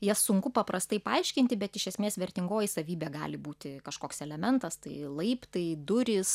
jas sunku paprastai paaiškinti bet iš esmės vertingoji savybė gali būti kažkoks elementas tai laiptai durys